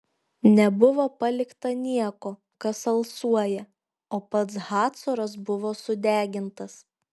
nebuvo palikta nieko kas alsuoja o pats hacoras buvo sudegintas